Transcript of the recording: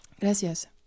Gracias